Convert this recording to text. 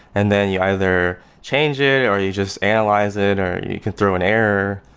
and then you either change it, or you just analyze it, or you can throw an error,